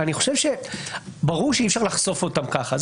אני חושב שברור שאי אפשר לחשוף אותם ככה.